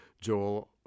Joel